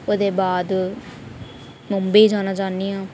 ओह्दे बाद मुंबई जाना चाह्न्नीं आं